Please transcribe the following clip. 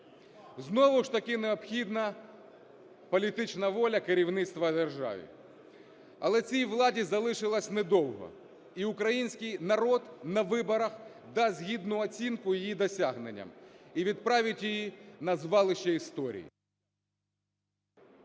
Знову ж таки необхідна політична воля керівництва держави. Але цій владі залишилося недовго, і український народ на виборах дасть гідну оцінку її досягненням і відправить її на звалище історії.